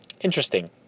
interesting